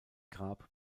grab